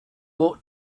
ought